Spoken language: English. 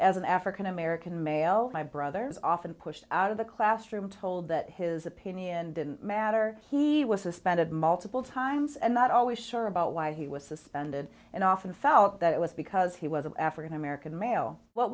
as an african american male my brother's often pushed out of the classroom told that his opinion didn't matter he was suspended multiple times and not always sure about why he was suspended and often felt that it was because he was an african american male what